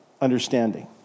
understanding